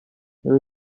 there